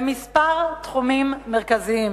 וזאת בכמה תחומים מרכזיים: